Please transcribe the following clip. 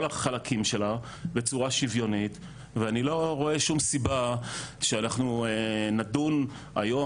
החלקים שלה בצורה שוויונית ואני לא רואה שום סיבה שאנחנו נדון היום